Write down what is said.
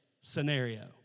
scenario